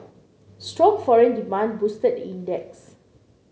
strong foreign demand boosted the index